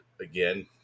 again